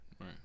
right